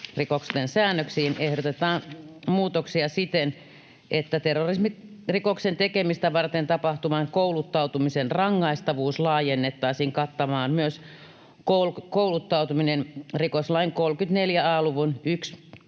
säännöksiin ehdotetaan muutoksia siten, että terrorismirikoksen tekemistä varten tapahtuvan kouluttautumisen rangaistavuus laajennettaisiin kattamaan myös kouluttautuminen rikoslain 34 a luvun 1